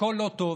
והכול לא טוב,